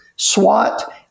SWAT